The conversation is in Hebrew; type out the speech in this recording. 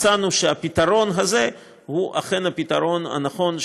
מצאנו שהפתרון הזה הוא אכן הפתרון הנכון,